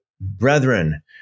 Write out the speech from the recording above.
brethren